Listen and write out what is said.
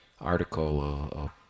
article